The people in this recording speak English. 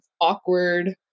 awkward